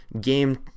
game